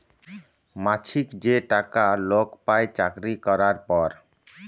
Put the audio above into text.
মাছিক যে টাকা লক পায় চাকরি ক্যরার পর